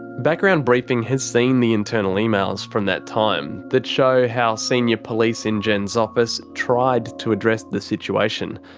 background briefing has seen the internal emails from that time that show how senior police in jen's office tried to address the situation.